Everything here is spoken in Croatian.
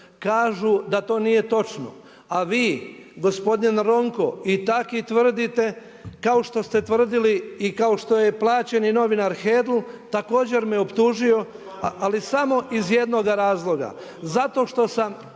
kažu da to nije točno, a vi gospodin Ronko i taki tvrdite kao što ste tvrdili i kao što je plaćeni novinar Hedl također me optužio ali samo iz jednoga razloga, zato što sam